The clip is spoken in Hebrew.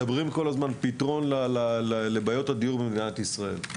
מדברים כל הזמן על פתרון לבעיות הדיור במדינת ישראל.